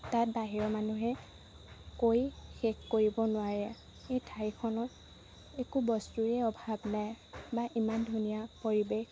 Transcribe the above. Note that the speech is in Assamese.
তাত বাহিৰৰ মানুহে কৈ শেষ কৰিব নোৱাৰে এই ঠাইখনত একো বস্তুৰেই অভাৱ নাই বা ইমান ধুনীয়া পৰিৱেশ